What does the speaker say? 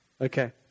Okay